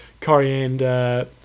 coriander